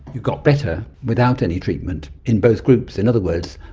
you got better without any treatment in both groups. in other words,